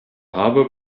haber